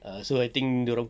so I think dorang